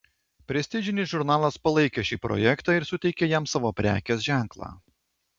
prestižinis žurnalas palaikė šį projektą ir suteikė jam savo prekės ženklą